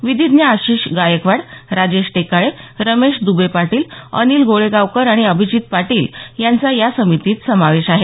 विधीज्ञ आशिष गायकवाड राजेश टेकाळे रमेश दुबे पाटील अनिल गोळेगावकर आणि अभिजीत पाटील यांचा या समितीत समावेश आहे